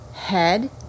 head